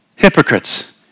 Hypocrites